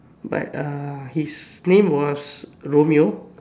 but ah his name was Romeo